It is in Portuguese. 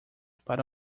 para